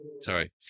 Sorry